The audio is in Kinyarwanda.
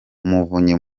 umuvunyi